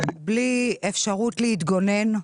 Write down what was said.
בלי אפשרות להתגונן,